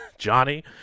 Johnny